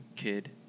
Kid